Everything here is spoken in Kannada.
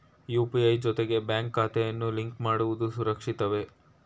ಯು.ಪಿ.ಐ ಜೊತೆಗೆ ಬ್ಯಾಂಕ್ ಖಾತೆಯನ್ನು ಲಿಂಕ್ ಮಾಡುವುದು ಸುರಕ್ಷಿತವೇ?